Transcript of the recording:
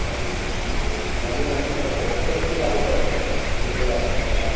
अह मोनानि थाखायलाय माथो ओंख्रि लाबोखो निफ्रायलाय आदा